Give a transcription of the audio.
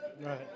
Right